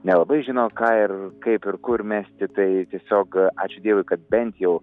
nelabai žino ką ir kaip ir kur mesti tai tiesiog ačiū dievui kad bent jau